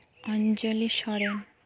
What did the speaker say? Anjali Soren